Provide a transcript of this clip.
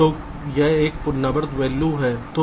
तो यह एक पुनरावृत्त वैल्यू है